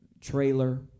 trailer